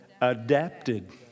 adapted